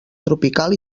tropical